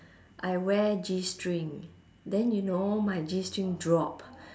I wear g-string then you know my g-string drop